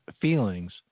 feelings